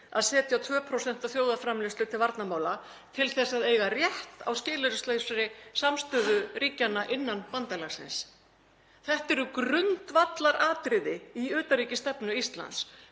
að setja 2% af þjóðarframleiðslu til varnarmála til að eiga rétt á skilyrðislausri samstöðu ríkjanna innan bandalagsins? Þetta eru grundvallaratriði í utanríkisstefnu Íslands.